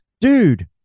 dude